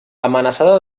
amenaçada